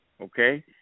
okay